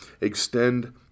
extend